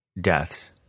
deaths